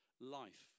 life